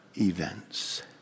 events